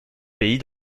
pays